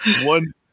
one